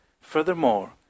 Furthermore